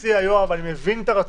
-- יואב, אני מבין את הרצון,